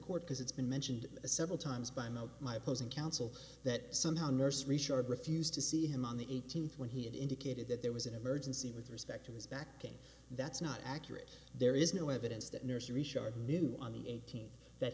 court because it's been mentioned several times by now my opposing counsel that somehow nurse richard refused to see him on the eighteenth when he had indicated that there was an emergency with respect to his backing that's not accurate there is no evidence that nursery shard knew on the eighteenth that